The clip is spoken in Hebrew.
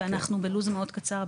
ואנחנו בלו"ז מאוד קצר.